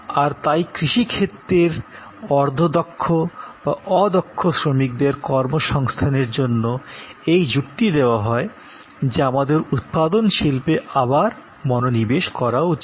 আর তাই কৃষিক্ষেত্রের অর্ধদক্ষ বা অদক্ষ শ্রমিকদের কর্মসংস্থানের জন্য এই যুক্তি দেওয়া হয় যে আমাদের উৎপাদন শিল্পে আবার মনোনিবেশ করা উচিত